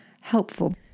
helpful